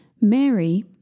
Mary